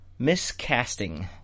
miscasting